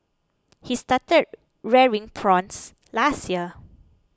he started rearing prawns last year